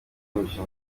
byinshi